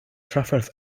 trafferth